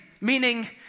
meaning